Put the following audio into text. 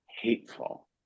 hateful